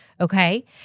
Okay